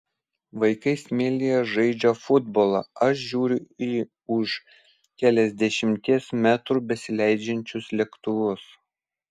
vaikai smėlyje žaidžia futbolą aš žiūriu į už keliasdešimties metrų besileidžiančius lėktuvus